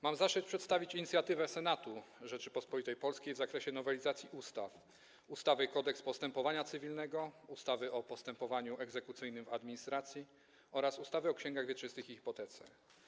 Mam zaszczyt przedstawić inicjatywę Senatu Rzeczypospolitej Polskiej w zakresie nowelizacji ustaw: ustawy Kodeks postępowania cywilnego, ustawy o postępowaniu egzekucyjnym w administracji oraz ustawy o księgach wieczystych i hipotece.